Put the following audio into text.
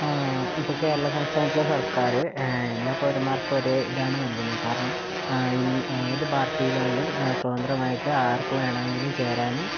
ഇപ്പം കേരള സംസ്ഥാനത്തിലെ സർക്കാര് എല്ലാ പൗരൻമാർക്കും ഒരു ഇതാണ് നൽകുന്നത് കാരണം ഏത് പാർട്ടിയിലായാലും സ്വതന്ത്രമായിട്ട് ആർക്ക് വേണമെങ്കിലും ചേരാനും